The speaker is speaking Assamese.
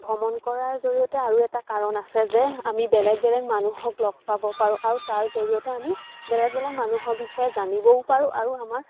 ভ্ৰমণ কৰাৰ জৰিয়তে আৰু এটা কাৰণ আছে যে আমি বেলেগ বেলেগ মানুহক লগ পাব পাৰোঁ আৰু তাৰ জৰিয়তে আমি বেলেগ বেলেগ মানুহৰ বিষয়ে জানিবও পাৰোঁ আৰু আমাৰ